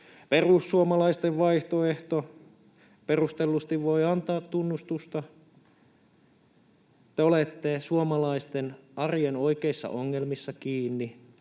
Perussuomalaisten vaihtoehto — perustellusti voi antaa tunnustusta. Te olette suomalaisten arjen oikeissa ongelmissa kiinni.